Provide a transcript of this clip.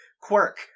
quirk